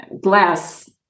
glass